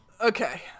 Okay